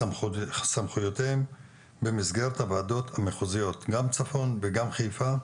סמכויותיהם במסגרת הוועדות המחוזיות גם צפון וגם חיפה,